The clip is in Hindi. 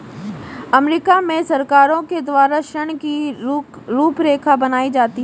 अमरीका में सरकारों के द्वारा ऋण की रूपरेखा बनाई जाती है